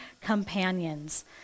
companions